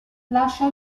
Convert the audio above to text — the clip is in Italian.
lascia